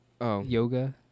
yoga